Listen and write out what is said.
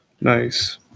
Nice